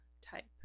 type